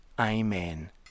Amen